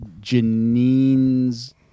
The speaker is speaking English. Janine's